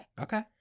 okay